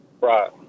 Right